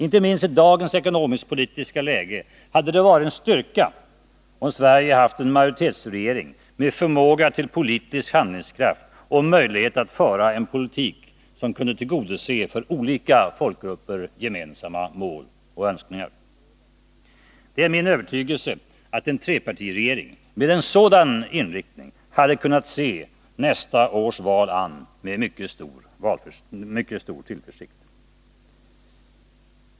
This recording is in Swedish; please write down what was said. Inte minst i dagens ekonomiska politiska läge hade det varit en styrka om Sverige hade haft en majoritetsregering med förmåga till politisk handlingskraft och möjlighet att föra en politik som kunde tillgodose för olika folkgrupper gemensamma mål och önskningar. Det är min övertygelse att en trepartiregering med en sådan inriktning hade kunnat se nästa års val an med mycket stor tillförsikt.